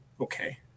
okay